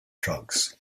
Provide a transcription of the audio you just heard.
drugs